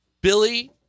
Billy